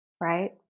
right